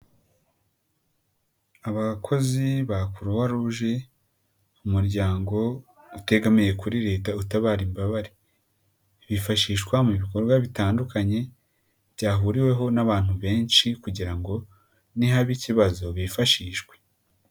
Abakozi ba Croix Rouge umuryango utegamiye kuri Leta utabare imbabare, bifashishwa mu bikorwa bitandukanye byahuriweho n'abantu benshi kugira ngo nihaba ikibazo bifashishwe.